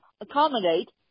accommodate